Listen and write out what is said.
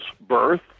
birth